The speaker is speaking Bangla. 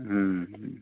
হুম